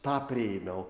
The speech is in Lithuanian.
tą priėmiau